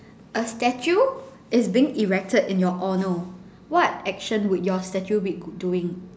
a statue is being erected in your honour what action would your statue be doing